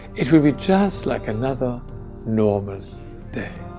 it will be just like another normal day.